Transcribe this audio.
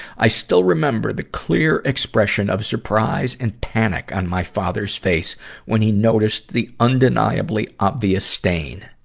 i still remember the clear expression of surprise and panic on my father's face when he noticed the undeniably obvious stain.